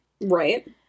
Right